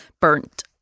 Burnt